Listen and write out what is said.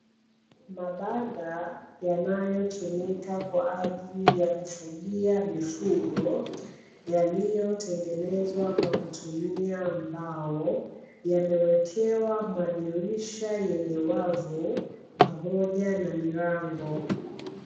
Mabanda yanayotumika kwa ajili ya kufugia mifugo, yaliyotengenezwa kwa kutumia mbao yamewekewa madirisha yenye wavu pamoja na milango.